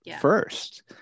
first